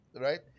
right